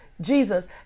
Jesus